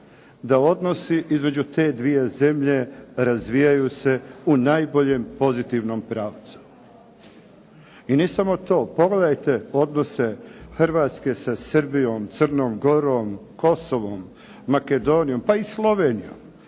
da odnosi između te dvije zemlje razvijaju se u najboljem pozitivnom pravcu. I ne samo to, pogledajte odnose Hrvatske sa Srbijom, Crnom Gorom, Kosovom, Makedonijom pa i Slovenijom.